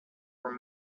were